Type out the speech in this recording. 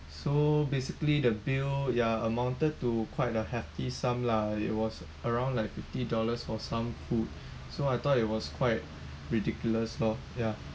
so basically the bill ya amounted to quite a hefty sum lah it was around like fifty dollars for some food so I thought it was quite ridiculous loh ya